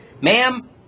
Ma'am